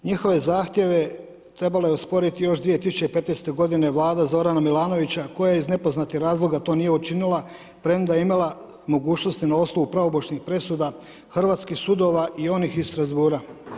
Njihove zahtjeve trebalo je osporiti još 2015. godine Vlada Zorana Milanovića koja iz nepoznatih razloga to nije učinila premda je imala mogućnosti na osnovu pravomoćnih presuda hrvatskih sudova i onih iz Strasbourga.